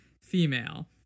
Female